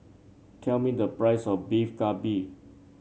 tell me the price of Beef Galbi